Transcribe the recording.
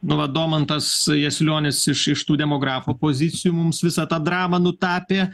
nu vat domantas jasilionis iš iš tų demografų pozicijų mums visą tą dramą nutapė